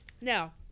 Now